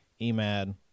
E-MAD